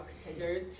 contenders